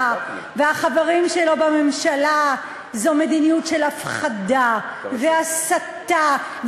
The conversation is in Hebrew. והחברים שלו בממשלה זה מדיניות של הפחדה והסתה,